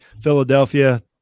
Philadelphia